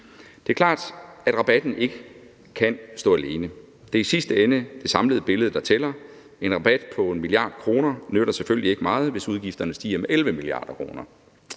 Det er klart, at rabatten ikke kan stå alene. Det er i sidste ende det samlede billede, der tæller, og en rabat på 1 mia. kr. nytter selvfølgelig ikke meget, hvis udgifterne stiger med 11 mia. kr.